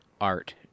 art